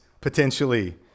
potentially